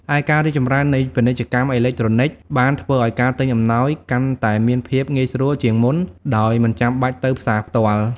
ឯការរីកចម្រើននៃពាណិជ្ជកម្មអេឡិចត្រូនិច បានធ្វើឱ្យការទិញអំណោយកាន់តែមានភាពងាយស្រួលជាងមុន ដោយមិនចាំបាច់ទៅផ្សារផ្ទាល់។